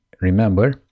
remember